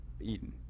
Eden